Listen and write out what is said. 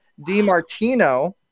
DiMartino